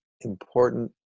important